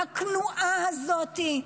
הכנועה הזאת.